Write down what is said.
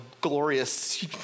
glorious